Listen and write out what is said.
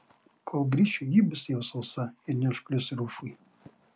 kol grįšiu ji bus jau sausa ir neužklius rufui